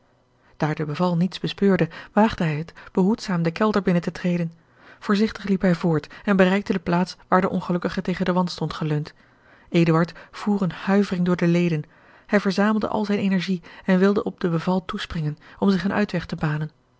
beval niets bespeurde waagde hij het behoedzaam den kelder binnen te treden voorzigtig liep hij voort en bereikte de plaats waar de ongelukkige tegen den wand stond geleund eduard voer eene huivering door de leden hij verzamelde al zijne energie en wilde op de beval toespringen om zich een uitweg te banen